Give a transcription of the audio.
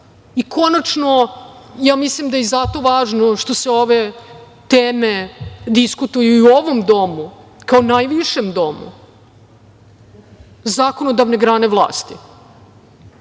vlasti. Konačno, ja mislim da je zato važno što se ove teme diskutuju i u ovom Domu, kao u najvišem domu zakonodavne vlasti.